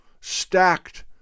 stacked